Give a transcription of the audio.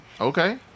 Okay